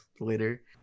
later